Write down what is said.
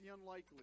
unlikely